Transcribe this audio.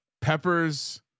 peppers